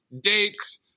dates